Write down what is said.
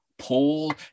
Paul